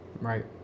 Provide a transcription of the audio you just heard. right